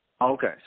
Okay